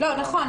נכון,